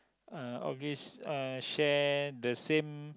uh always uh share the same